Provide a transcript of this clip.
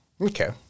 Okay